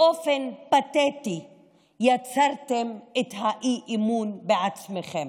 באופן פתטי יצרתם את האי-אמון בעצמכם.